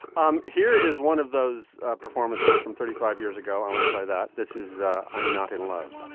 um here is one of those performances from thirty five years ago. i want to play that. this is i'm not in love